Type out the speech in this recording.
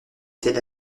tel